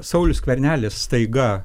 saulius skvernelis staiga